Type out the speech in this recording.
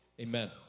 amen